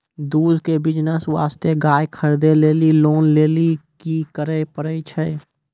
दूध के बिज़नेस वास्ते गाय खरीदे लेली लोन लेली की करे पड़ै छै?